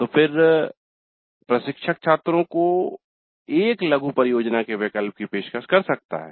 तो फिर प्रशिक्षक छात्रों को एक लघु परियोजना के विकल्प की पेशकश कर सकता है